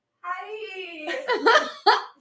hi